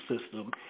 system